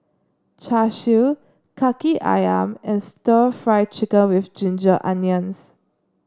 Char Siu Kaki ayam and stir Fry Chicken with Ginger Onions